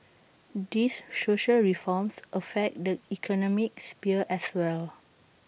these social reforms affect the economic sphere as well